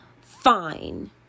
fine